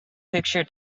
picture